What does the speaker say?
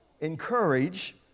encourage